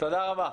תודה רבה.